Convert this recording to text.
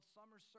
Summer